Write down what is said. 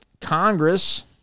Congress